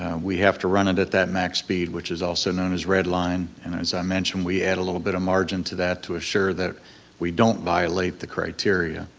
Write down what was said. um we have to run it at that max speed which is also known as red line, and as i mentioned we add a little bit of margin to that to assure that we don't violate the criteria.